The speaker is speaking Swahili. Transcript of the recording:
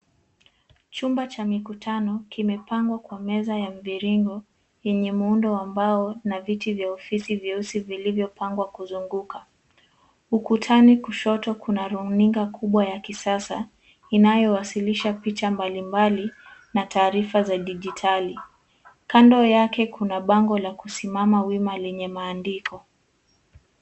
Chumba cha mikutano vimepangwa kwa meza ya mviringo yenye muundo wa mbao na viti vya ofisi vyeusi vilivyopangwa kwa kuizunguka. Ukutani kushoto kuna runinga kubwa ya kisasa inayowakilisha picha mbalimbali na na taarifa za kidijitali. Kando yake kuna bango la kusimama wima lenye matandiko.